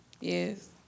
Yes